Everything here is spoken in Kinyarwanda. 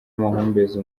amahumbezi